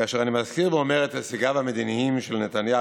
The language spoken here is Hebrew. כאשר אני מזכיר ואומר את הישגיו המדיניים של נתניהו,